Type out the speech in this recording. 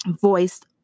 voiced